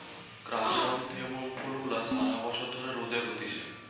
chrysanthemum ফুল গুলা সারা বছর ধরে রোদে হতিছে